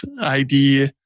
ID